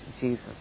Jesus